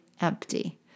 empty